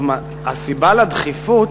הסיבה לדחיפות